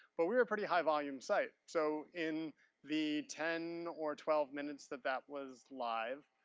but, we were a pretty high volume site, so in the ten or twelve minutes that that was live,